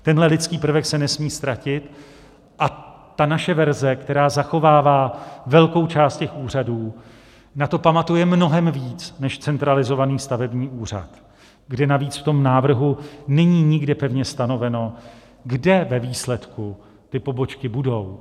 Tenhle lidský prvek se nesmí ztratit a naše verze, která zachovává velkou část úřadů, na to pamatuje mnohem víc než centralizovaný stavební úřad, kde navíc v návrhu není nikde pevně stanoveno, kde ve výsledku ty pobočky budou.